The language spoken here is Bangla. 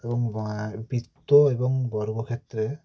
এবং বৃত্ত এবং বর্গক্ষেত্রে